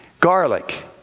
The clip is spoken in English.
garlic